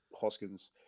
Hoskins –